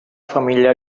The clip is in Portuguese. família